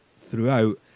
throughout